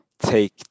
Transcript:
take